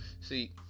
see